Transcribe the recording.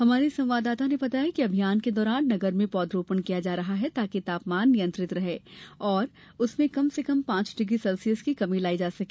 हमारे संवाददाता ने बताया कि अभियान के दौरान नगर में पौधरोपण किया जा रहा है ताकि तापमान नियंत्रित रहे और उसमें कम से कम पांच डिग्री सेल्सियस की कमी लाई जा सके